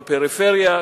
בפריפריה,